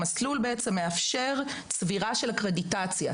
המסלול מאפשר צבירה של הקרדיטציה.